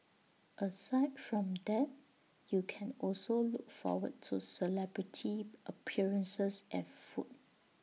aside from that you can also look forward to celebrity appearances and food